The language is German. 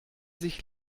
sich